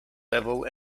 level